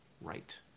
right